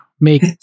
make